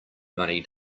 money